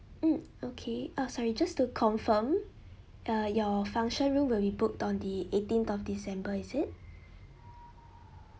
mm okay oh sorry just to confirm uh your function room will be booked on the eighteenth of december is it